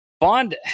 Bond